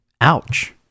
Ouch